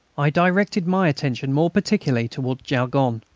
i directed my attention more particularly towards jaulgonne,